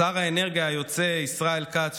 לשר האנרגיה היוצא ישראל כץ,